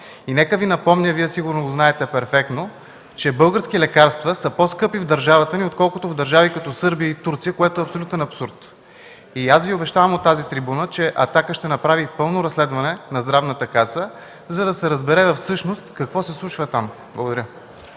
Нека Ви напомня, Вие сигурно го знаете перфектно, че български лекарства са по-скъпи в държавата ни, отколкото в държави като Сърбия и Турция, което е абсолютен абсурд. Аз Ви обещавам от тази трибуна, че „Атака” ще направи пълно разследване на Здравната каса, за да се разбере всъщност какво се случва там. Благодаря.